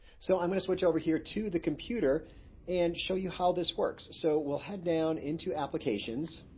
so i'm gonna switch over here to the computer and show you how this works. so we'll head down into applications